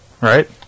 right